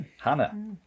hannah